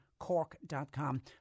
Cork.com